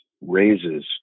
raises